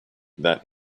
that